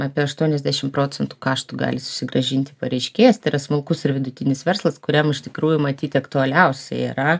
apie aštuoniasdešim procentų kaštų gali susigrąžinti pareiškėjas tai yra smulkus ir vidutinis verslas kuriam iš tikrųjų matyt aktualiausiai yra